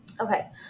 Okay